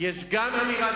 יש גם אמירת